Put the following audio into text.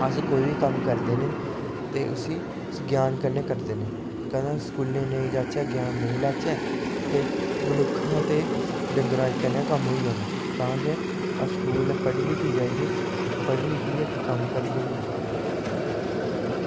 अस कोई बी कम्म करदे निं ते इसी ज्ञान कन्नै करदे न कदें स्कूलै ई नेईं जाचै ज्ञान नेईं लैचे ते मनुक्ख हा ते डंगरें दा इक्कै कम्म होई जाना ते तां गै अस स्कूल पढ़ी लिखी जाइये पढ़ी लिखियै कम्म करदे न